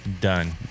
Done